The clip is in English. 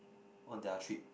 on their trip